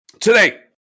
today